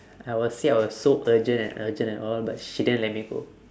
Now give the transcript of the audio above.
I got say I was so urgent and urgent and all but she didn't let me go